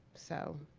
so.